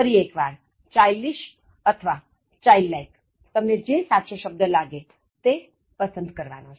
ફરી એક વાર childish અને childlike તમને જે સાચું લાગે તે પસંદ કરવાનું